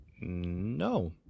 No